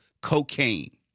cocaine